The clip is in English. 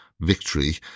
victory